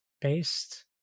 based